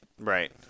Right